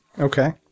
Okay